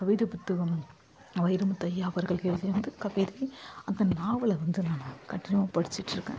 கவிதை புத்தகம் வைரமுத்து ஐயா அவர்கள் எழுதிய வந்து அந்த நாவலை வந்து நான் கண்டினியூவாக படிச்சிகிட்டுருக்கேன்